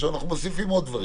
עכשיו אנחנו מוסיפים עוד דברים.